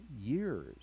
years